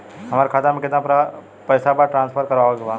हमारे खाता में कितना पैसा बा खाता ट्रांसफर करावे के बा?